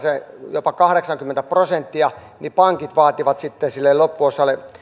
jopa kahdeksankymmentä prosenttia niin pankit vaativat sitten sille loppuosalle